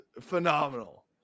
phenomenal